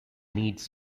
needs